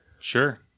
Sure